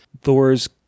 thor's